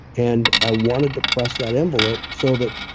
and i wanted to press that envelope so that,